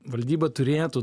valdyba turėtų